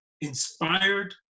inspired